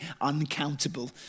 uncountable